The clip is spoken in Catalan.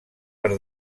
per